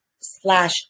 slash